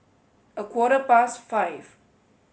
a quarter past five